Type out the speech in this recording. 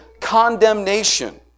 condemnation